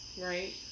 right